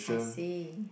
I see